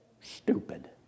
stupid